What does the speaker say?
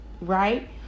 right